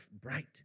bright